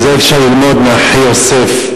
את זה אפשר ללמוד מאחי יוסף,